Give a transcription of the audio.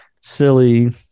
silly